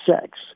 sex